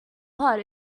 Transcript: pod